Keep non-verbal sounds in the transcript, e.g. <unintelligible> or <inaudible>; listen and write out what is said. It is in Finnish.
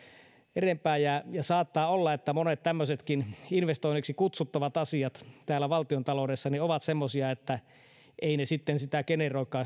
enempää rahaa saattaa olla että monet tämmöisetkin investoinneiksi kutsuttavat asiat valtiontaloudessa ovat semmoisia että eivät ne sitten generoikaan <unintelligible>